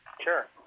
Sure